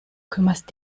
kümmerst